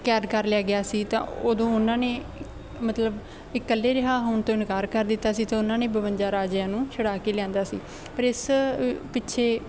ਕੈਦ ਕਰ ਲਿਆ ਗਿਆ ਸੀ ਤਾਂ ਉਦੋਂ ਉਹਨਾਂ ਨੇ ਮਤਲਬ ਇਕੱਲੇ ਰਿਹਾਅ ਹੋਣ ਤੋਂ ਇੰਨਕਾਰ ਕਰ ਦਿੱਤਾ ਸੀ ਅਤੇ ਉਹਨਾਂ ਨੇ ਬਵੰਜਾ ਰਾਜਿਆਂ ਨੂੰ ਛੁਡਵਾ ਕੇ ਲਿਆਂਦਾ ਸੀ ਪਰ ਇਸ ਪਿੱਛੇ